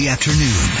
Afternoon